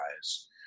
eyes